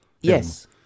yes